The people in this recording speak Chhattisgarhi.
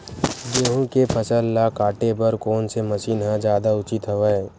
गेहूं के फसल ल काटे बर कोन से मशीन ह जादा उचित हवय?